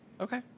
Okay